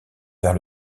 vers